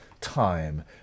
time